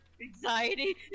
anxiety